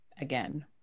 again